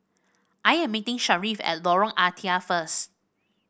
I am meeting Sharif at Lorong Ah Thia first